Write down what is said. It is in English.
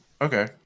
Okay